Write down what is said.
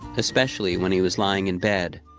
especially when he was lying in bed.